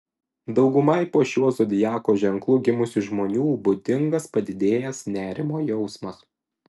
daugumai po šiuo zodiako ženklu gimusių žmonių būdingas padidėjęs nerimo jausmas